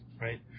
right